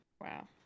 Wow